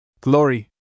glory